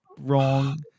wrong